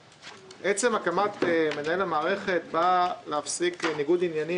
הקמת מנהל המערכת באה להפסיק ניגוד עניינים